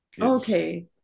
Okay